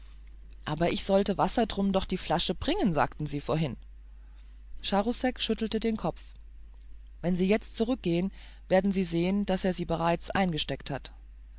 aber ich sollte wassertrum doch die flasche bringen sagten sie vorhin charousek schüttelte den kopf wenn sie jetzt zurückgehen werden sie sehen daß er sie bereits eingesteckt hat